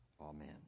Amen